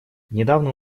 недавно